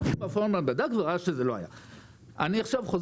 אחר כך מר פרוימן בדק וראה שזה לא היה נכון.